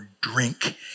drink